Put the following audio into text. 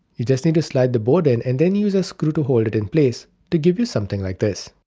you just need to slide the board in and then use a screw to hold it in place to give you something like this.